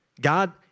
God